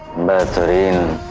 matter? you